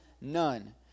none